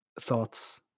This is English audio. thoughts